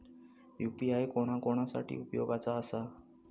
UPI कोणा कोणा साठी उपयोगाचा आसा?